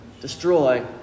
destroy